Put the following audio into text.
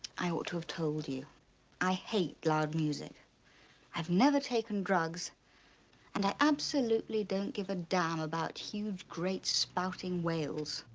i ought to have told you i hate loud music i've never taken drugs and i absolutely don't give a damn about huge great spouting whales.